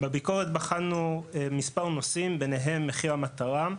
בביקורת בחנו מספר נושאים, ביניהם מחיר המטרה,